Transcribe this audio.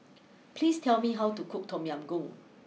please tell me how to cook Tom Yam Goong